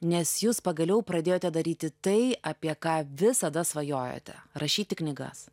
nes jūs pagaliau pradėjote daryti tai apie ką visada svajojote rašyti knygas